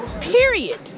Period